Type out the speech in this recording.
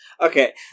Okay